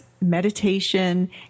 meditation